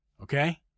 Okay